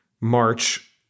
march